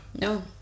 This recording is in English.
No